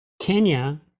Kenya